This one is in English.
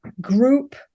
group